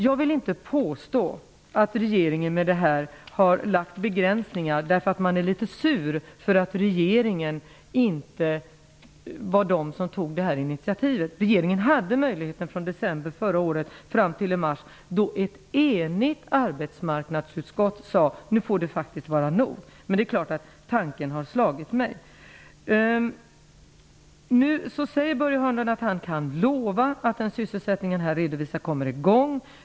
Jag vill inte påstå att regeringen har gjort dessa begränsningar därför att den är litet sur över att det inte var regeringen som tog det här initiativet. Regeringen hade möjlighet att göra detta från december förra året och fram till i mars. Då sade ett enigt arbetsmarknadsutskott att det faktiskt fick vara nog. Men det är klart att tanken har slagit mig. Nu säger Börje Hörnlund att han kan lova att den sysselsättning som han har redovisat här kommer i gång.